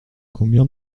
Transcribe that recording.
combien